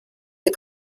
des